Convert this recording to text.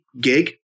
gig